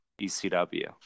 ECW